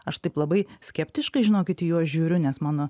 aš taip labai skeptiškai žinokit į jos žiūriu nes mano